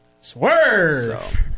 Swerve